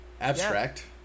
abstract